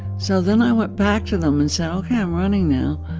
so then i went back to them and said, ok, i'm running now.